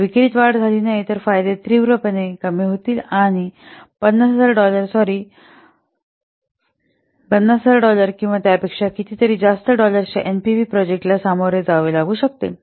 जर विक्रीत वाढ झाली नाही तर फायदे तीव्रपणे कमी होतील आणि 5००००० डॉलर सॉरी ५००००डॉलर किंवा त्यापेक्षा कितीतरी जास्त डॉलर्सच्या एनपीव्हीला प्रोजेक्टला सामोरे जावे लागू शकेल